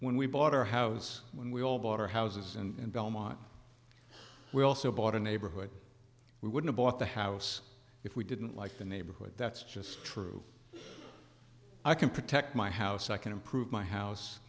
when we bought our house when we all bought our houses and belmont we also bought a neighborhood we wouldn't bought the house if we didn't like the neighborhood that's just true i can protect my house i can improve my house